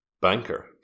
banker